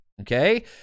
okay